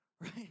Right